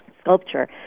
sculpture